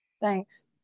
Thanks